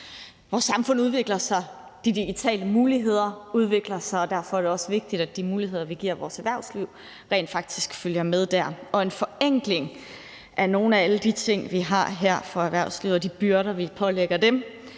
Vores samfund udvikler sig. De digitale muligheder udvikler sig. Derfor er det også vigtigt, at de muligheder, vi giver vores erhvervsliv, rent faktisk følger med der. Og en forenkling af nogle af alle de ting for erhvervslivet, vi har her, og de byrder, vi pålægger dem,